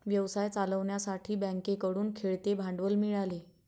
व्यवसाय चालवण्यासाठी बँकेकडून खेळते भांडवल मिळाले